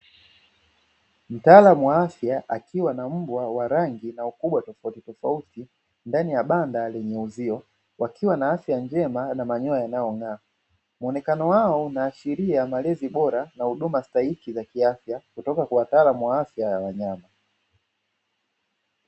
Mtaalamu wa afya akiwa na mbwa wa rangi na ukubwa tofautitofauti ndani ya banda lenye uzio. Wakiwa na afya njema na manyoya yanayong’aa. Muonekano wao unaashiria malezi bora na huduma stahiki za kiafya kutoka kwa wataalamu wa afya wa wanyama.